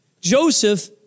Joseph